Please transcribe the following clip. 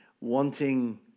wanting